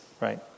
right